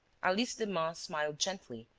alice demun smiled gently,